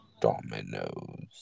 Dominoes